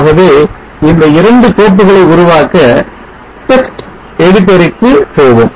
ஆகவே இந்த இரண்டு கோப்புகளை உருவாக்க text editor க்கு போவோம்